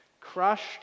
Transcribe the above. crushed